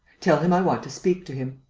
tell him i want to speak to him.